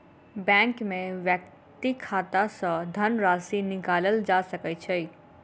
bank में व्यक्तिक खाता सॅ धनराशि निकालल जा सकै छै